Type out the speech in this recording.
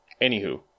anywho